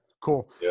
cool